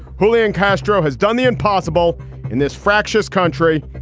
julian castro has done the impossible in this fractious country.